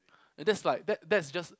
and that's like that that's just